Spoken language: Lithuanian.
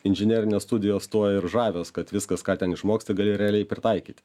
inžinerinės studijos tuo ir žavios kad viskas ką ten išmoksti gali realiai pritaikyti